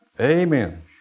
Amen